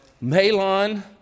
Malon